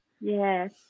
Yes